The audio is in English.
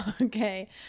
Okay